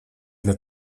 для